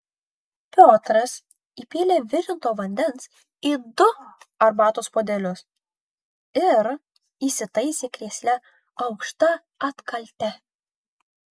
piotras įpylė virinto vandens į du arbatos puodelius ir įsitaisė krėsle aukšta atkalte